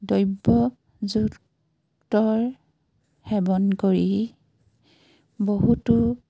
দ্ৰব্যযুক্ত সেৱন কৰি বহুতো